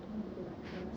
I want to be like her